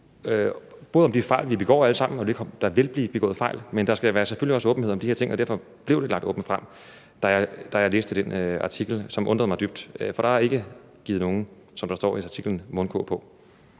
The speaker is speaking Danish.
både om de fejl, vi begår alle sammen – og der vil blive begået fejl – men selvfølgelig også om de her ting, og derfor blev de lagt åbent frem, da jeg havde læst den artikel, som undrede mig dybt. For der er ikke givet nogen, som der står i artiklen, mundkurv på.